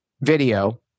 video